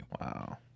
Wow